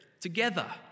together